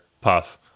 Puff